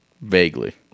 Vaguely